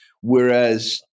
whereas